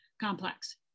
complex